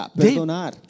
perdonar